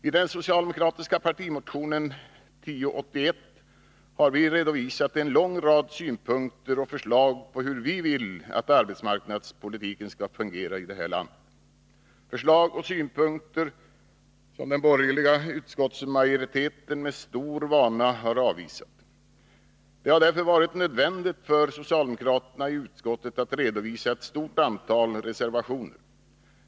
I den socialdemokratiska partimotionen 1081 har vi redovisat en lång rad synpunkter och förslag som gäller hur vi vill att arbetsmarknadspolitiken skall fungera i det här landet — förslag och synpunkter som den borgerliga utskottsmajoriteten med stor vana har avvisat. Det har därför varit nödvändigt för socialdemokraterna i utskottet att redovisa ett stort antal reservationer.